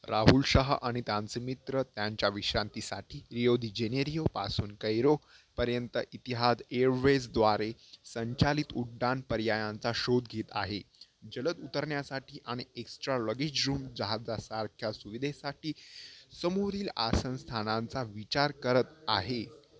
राहुल शहा आणि त्यांचे मित्र त्यांच्या विश्रांतीसाठी रियो दी जेनेरिओपासून कैरोपर्यंत इतिहाद एरवेजद्वारे संचालित उड्डाण पर्यायांचा शोध घेत आहे जलद उतरण्यासाठी आणि एक्स्ट्रा लगेज रूम जहाजासारख्या सुविधेसाठी समोरील आसनस्थानांचा विचार करत आहे